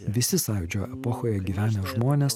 visi sąjūdžio epochoje gyvenę žmonės